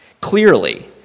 clearly